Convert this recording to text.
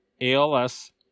ALS